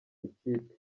ikipe